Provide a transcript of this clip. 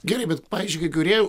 gerai bet pavyzdžiui kai kurie